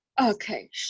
Okay